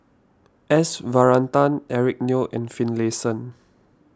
S Varathan Eric Neo and Finlayson